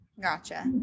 gotcha